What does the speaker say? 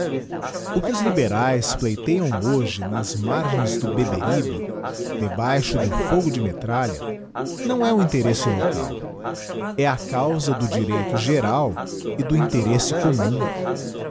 o que os liberaes pleiteiam hoje nas margens do beberibe debaixo do fogo de metralha não é um interesse local é a causa do direito geral e do interesse commum